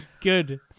Good